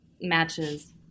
matches